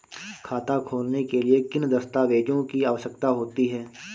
खाता खोलने के लिए किन दस्तावेजों की आवश्यकता होती है?